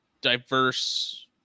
diverse